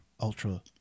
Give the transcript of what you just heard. ultra